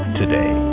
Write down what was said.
today